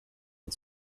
and